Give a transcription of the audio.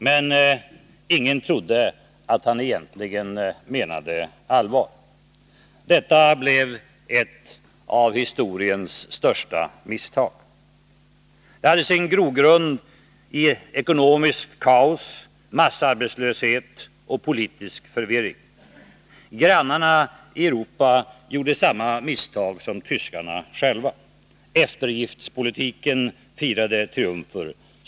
Men ingen trodde att han egentligen menade allvar. Detta var ett av historiens största misstag. Det hade sin grogrund i ekonomiskt kaos, massarbetslöshet och politisk förvirring. Grannarna i Europa gjorde samma misstag som tyskarna själva. Eftergiftspolitiken firade triumfer.